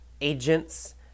agents